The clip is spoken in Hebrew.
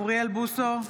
אוריאל בוסו,